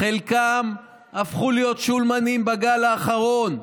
חלקם הפכו להיות שולמנים בגל האחרון,